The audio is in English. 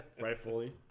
Rightfully